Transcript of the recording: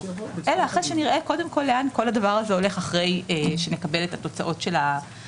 לגבי עונש של עבודות שירות של שמונה